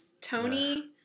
Tony